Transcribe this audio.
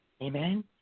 Amen